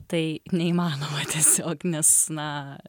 tai neįmanoma tiesiog nes na